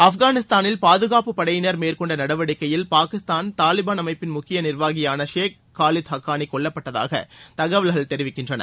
ஆப்கானிஸ்தானில் பாதுகாப்புப் படையினர் மேற்கொண்ட நடவடிக்கையில் பாகிஸ்தான் தாலிபன் அமைப்பின் முக்கிய நிர்வாகியான ஷேக் காலித் ஹக்கானி கொல்லப்பட்டதாக தகவல்கள் தெரிவிக்கின்றன